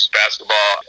basketball